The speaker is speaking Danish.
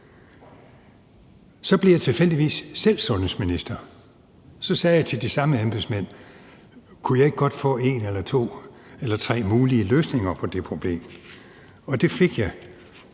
tilfældigvis selv sundhedsminister, og så sagde jeg til de samme embedsmænd: Kunne jeg ikke godt få en, to eller tre mulige løsninger på det problem? Og det fik jeg,